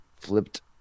Flipped